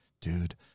dude